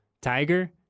Tiger